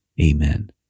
Amen